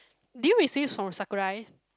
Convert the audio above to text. did you receive from Sakurai